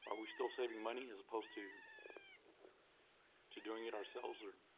um we still saving money as opposed to to doing it ourselves or.